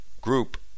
group